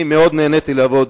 אני מאוד נהניתי לעבוד